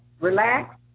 relax